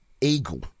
eagle